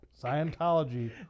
Scientology